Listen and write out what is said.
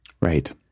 Right